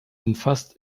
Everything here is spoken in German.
umfasst